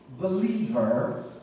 believer